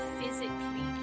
physically